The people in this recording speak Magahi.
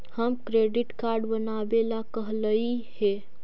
हम क्रेडिट कार्ड बनावे ला कहलिऐ हे?